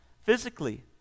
physically